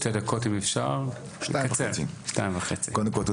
קודם כל,